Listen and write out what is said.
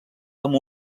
amb